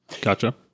Gotcha